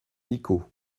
nicot